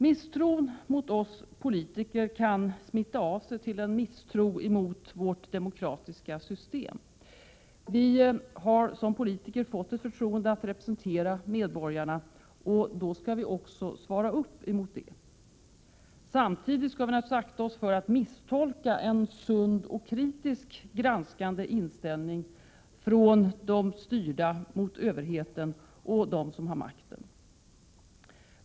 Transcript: Misstron mot oss politiker kan smitta av sig till en misstro mot vårt demokratiska system. Vi har som politiker fått ett förtroende att representera medborgarna, och då skall vi också svara upp mot det. Samtidigt skall vi naturligtvis akta oss för att misstolka en sund och kritiskt granskande inställning från de styrda mot överheten och dem som har makten.